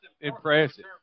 impressive